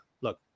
look